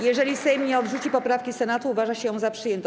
Jeżeli Sejm nie odrzuci poprawki Senatu, uważa się ją za przyjętą.